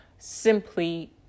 Simply